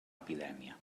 epidèmia